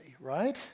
right